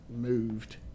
moved